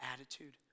attitude